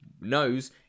knows